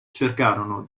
cercarono